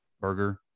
burger